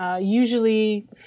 usually